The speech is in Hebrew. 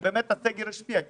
לראות שבאמת הסגר השפיע.